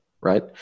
right